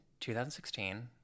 2016